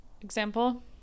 example